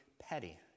petty